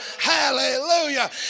Hallelujah